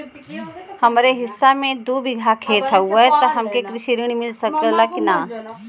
हमरे हिस्सा मे दू बिगहा खेत हउए त हमके कृषि ऋण मिल जाई साहब?